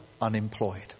unemployed